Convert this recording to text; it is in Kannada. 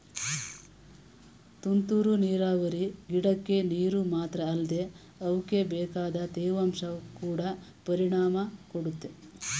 ತುಂತುರು ನೀರಾವರಿ ಗಿಡಕ್ಕೆ ನೀರು ಮಾತ್ರ ಅಲ್ದೆ ಅವಕ್ಬೇಕಾದ ತೇವಾಂಶ ಕೊಡ ಪರಿಣಾಮ ಕೊಡುತ್ತೆ